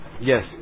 Yes